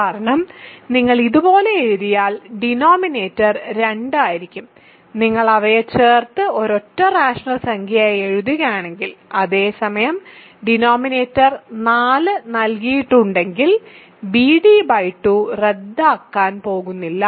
കാരണം നിങ്ങൾ ഇത് ഇതുപോലെ എഴുതിയാൽ ഡിനോമിനേറ്റർ 2 ആയിരിക്കും നിങ്ങൾ അവയെ ചേർത്ത് ഒരൊറ്റ റാഷണൽ സംഖ്യയായി എഴുതുകയാണെങ്കിൽ അതേസമയം ഡിനോമിനേറ്റർ 4 നൽകിയിട്ടുണ്ടെങ്കിൽ bd2 റദ്ദാക്കാൻ പോകുന്നില്ല